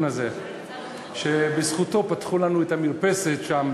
את המרפסת שם,